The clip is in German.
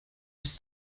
bist